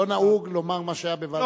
לא נהוג לומר מה שהיה בוועדת,